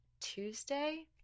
Tuesday